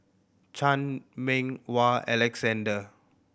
Chan Meng Wah Alexander